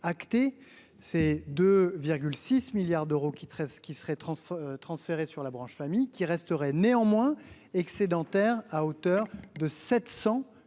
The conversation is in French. acté, c'est 2 6 milliards d'euros qui qui serait transféré sur la branche famille qui resterait néanmoins excédentaire à hauteur de 700